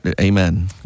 Amen